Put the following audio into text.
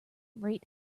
rate